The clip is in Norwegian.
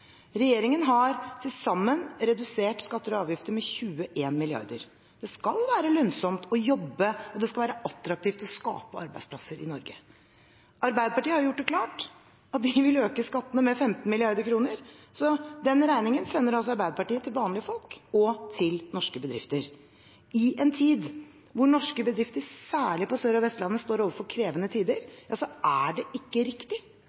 Regjeringen har til sammen redusert skatter og avgifter med 21 mrd. kr. Det skal være lønnsomt å jobbe, og det skal være attraktivt å skape arbeidsplasser i Norge. Arbeiderpartiet har gjort det klart at de vil øke skattene med 15 mrd. kr. Den regningen sender Arbeiderpartiet til vanlige folk og til norske bedrifter. I en tid hvor norske bedrifter, særlig på Sør- og Vestlandet, står overfor krevende tider, er det ikke riktig